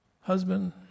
Husband